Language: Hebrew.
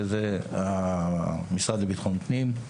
שזה המשרד לביטחון פנים,